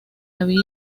había